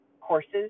courses